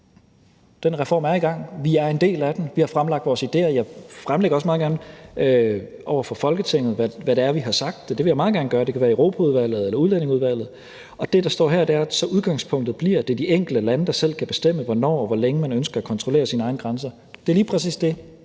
Den reform er i gang, vi er en del af den, vi har fremlagt vores idéer, og jeg fremlægger også meget gerne over for Folketinget, hvad det er, vi har sagt. Det vil jeg meget gerne gøre, og det kan være i Europaudvalget eller Udlændingeudvalget. Og her står der også: Så udgangspunktet bliver, at det er de enkelte lande, der selv kan bestemme, hvornår og hvor længe man ønsker at kontrollere sine egne grænser. Det er lige præcis det,